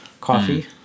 coffee